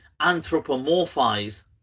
anthropomorphize